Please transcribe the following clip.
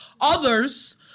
others